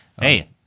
Hey